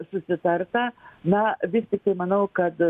susitarta na vis tiktai manau kad